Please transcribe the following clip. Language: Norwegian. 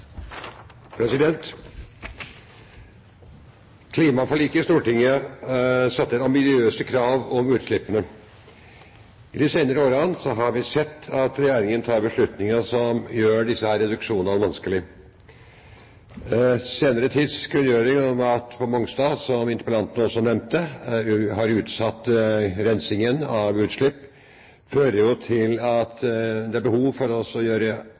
Klimaforliket i Stortinget satte ambisiøse krav til utslippene. I de senere årene har vi sett at Regjeringen tar beslutninger som gjør disse reduksjonene vanskelige. Den senere tids kunngjøring om at man på Mongstad, som interpellanten også nevnte, har utsatt rensingen av utslipp, fører jo til at det er behov for å gjøre